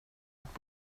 att